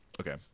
okay